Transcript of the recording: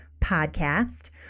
podcast